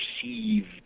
perceived